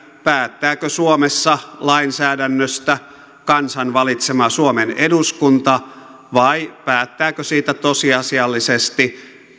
päättääkö suomessa lainsäädännöstä kansan valitsema suomen eduskunta vai päättääkö siitä tosiasiallisesti